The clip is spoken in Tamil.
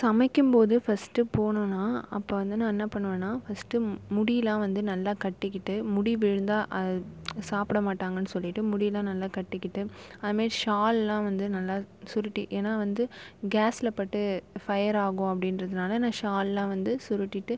சமைக்கும் போது ஃபஸ்ட்டு போகனோம்னா அப்போது வந்து நான் என்ன பண்ணுவேன்னா ஃபஸ்ட்டு முடியெல்லாம் வந்து நல்லா கட்டிக்கிட்டு முடி விழுந்தால் அது சாப்பிட மாட்டாங்கன்னு சொல்லிகிட்டு முடியெல்லாம் நல்லா கட்டிக்கிட்டு அதுமாதிரி ஷால்லாம் வந்து நல்லா சுருட்டி ஏன்னால் வந்து கேஸ்ஸில் பட்டு ஃபையர் ஆகும் அப்படின்றதுனால நான் ஷால்லாம் வந்து சுருட்டிகிட்டு